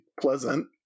pleasant